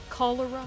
cholera